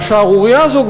השערורייה הזו,